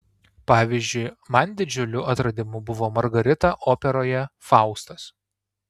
pavyzdžiui man didžiuliu atradimu buvo margarita operoje faustas